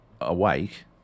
awake